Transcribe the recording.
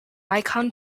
icon